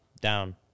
down